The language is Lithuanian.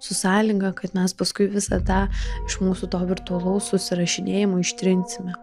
su sąlyga kad mes paskui visą tą iš mūsų to virtualaus susirašinėjimo ištrinsime